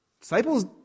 Disciples